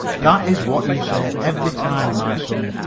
that is what you say every time, my son.